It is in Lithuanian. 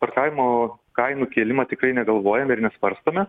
parkavimo kainų kėlimą tikrai negalvojame ir nesvarstome